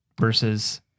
versus